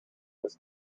this